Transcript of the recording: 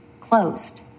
closed